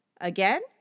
Again